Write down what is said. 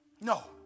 No